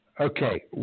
Okay